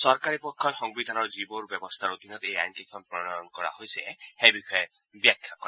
চৰকাৰী পক্ষই সংবিধানৰ যিবোৰ ব্যৱস্থাৰ অধীনত এই আইন কেইখন প্ৰণয়ন কৰা হৈছে সেই বিষয়ে ব্যাখ্যা কৰে